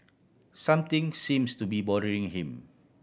something seems to be bothering him